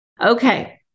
Okay